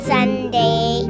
Sunday